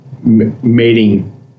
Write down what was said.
mating